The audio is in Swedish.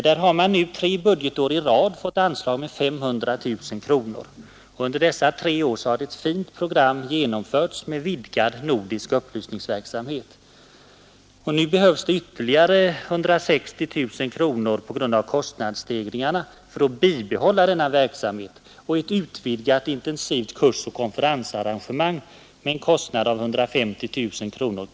Där har man nu tre budgetår i rad fått anslag med 500 000 kronor. Under dessa är har ett fint program genomförts bestående i en vidgad nordisk upplysningsverksamhet. Nu behövs på grund av kostnadsstegringarna ytterligare 160 000 kronor för att bibehålla denna verksamhet. Föreningen Norden kan och hoppas dessutom få satsa på ett utvidgat intensivt kursoch konferensarrangemang med en kostnad på 150 000 kronor.